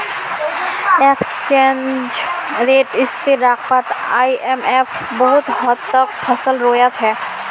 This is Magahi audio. एक्सचेंज रेट स्थिर रखवात आईएमएफ बहुत हद तक सफल रोया छे